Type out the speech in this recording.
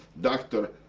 dr.